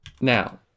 Now